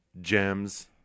gems